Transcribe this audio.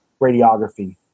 radiography